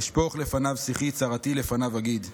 אשפֹּך לפניו שיחי צרתי לפניו אגיד.